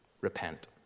Repent